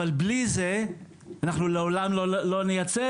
אבל בלי זה אנחנו לעולם לא נייצב,